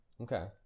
Okay